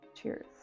Cheers